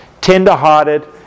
tender-hearted